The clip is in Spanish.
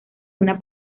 una